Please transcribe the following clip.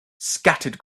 scattered